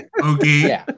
okay